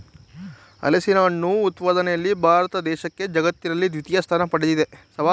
ಹಲಸಿನಹಣ್ಣು ಉತ್ಪಾದನೆಯಲ್ಲಿ ಭಾರತ ದೇಶಕ್ಕೆ ಜಗತ್ತಿನಲ್ಲಿ ದ್ವಿತೀಯ ಸ್ಥಾನ ಪಡ್ದಿದೆ